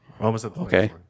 Okay